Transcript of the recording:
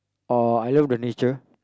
oh I love the nature